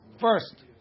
first